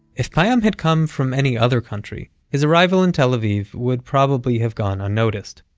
if payam had come from any other country, his arrival in tel aviv would probably have gone unnoticed.